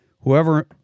Whoever